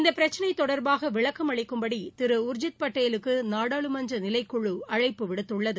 இந்த பிரச்சினை தொடர்பாக விளக்கம் அளிக்கும்படி திரு உர்ஜித் பட்டேலுக்கு நாடாளுமன்ற நிலைக்குழு அழைப்பு விடுத்துள்ளது